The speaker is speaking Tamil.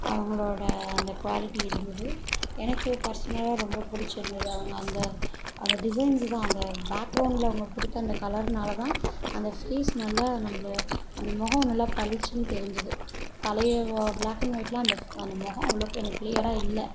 அவங்களோட அந்த குவாலிட்டி இருந்தது எனக்கு பர்ஷ்னலாக ரொம்ப பிடிச்சி இருந்தது அவங்க அந்த அந்த டிசைன்ஸ்ஸு தான் அந்த பேக்ரௌண்ட்ல அவங்க கொடுத்த அந்த கலர்னாலதான் அந்த சைஸ் நல்லா நம்மளை அந்த முகம் நல்லா பளிச்சினு தெரிஞ்சது பழைய பிளாக் அண்ட் ஒயிட்லாம் அந்த ஃ அந்த முகம் அவ்வளோ எனக்கு கிளீயராக இல்லை